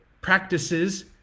practices